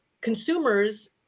consumers